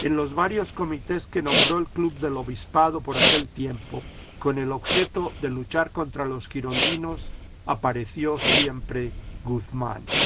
en los varios comités que nombró el club del obispado por aquel tiempo con el objeto de luchar contra los girondinos apareció siempre guzmán